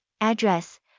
address